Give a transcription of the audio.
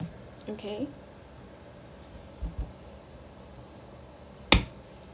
okay